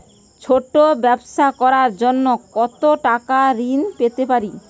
ছোট ব্যাবসা করার জন্য কতো টাকা ঋন পেতে পারি?